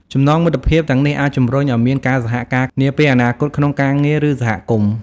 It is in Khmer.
ចំណងមិត្តភាពទាំងនេះអាចជំរុញឲ្យមានការសហការនាពេលអនាគតក្នុងការងារ ឬសហគមន៍។